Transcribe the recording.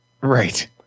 Right